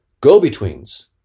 go-betweens